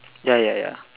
ya ya ya